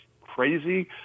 crazy